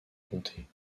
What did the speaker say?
comté